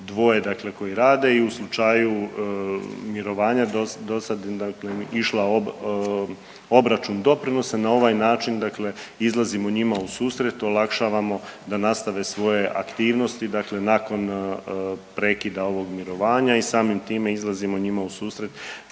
dakle koji rade i u slučaju mirovanja dosada im dakle išla obračun doprinosa, na ovaj način dakle izlazimo njima u susret, olakšavamo da nastave svoje aktivnosti dakle nakon prekida ovog mirovanja i samim time izlazimo njima u susret